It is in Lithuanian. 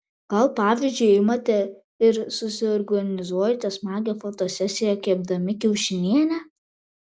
gal pavyzdžiui imate ir susiorganizuojate smagią fotosesiją kepdami kiaušinienę